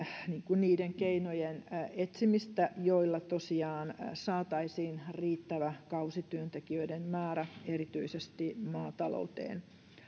niiden keinojen etsimistä joilla tosiaan saataisiin riittävä kausityöntekijöiden määrä erityisesti maatalouteen